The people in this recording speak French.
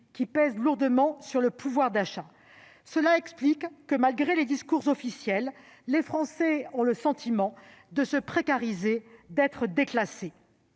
qui pèsent lourdement sur le pouvoir d'achat. Dès lors, malgré les discours officiels, les Français ont le sentiment de se précariser et même d'être déclassés.